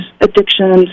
addictions